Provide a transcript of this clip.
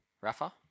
Rafa